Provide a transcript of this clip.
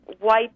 white